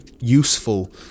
useful